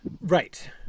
Right